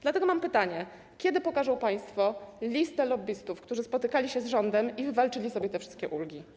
Dlatego mam pytanie: Kiedy pokażą państwo listę lobbystów, którzy spotykali się z rządem i wywalczyli sobie te wszystkie ulgi?